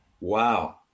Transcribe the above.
Wow